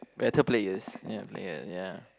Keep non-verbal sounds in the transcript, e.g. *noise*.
better players *noise* ya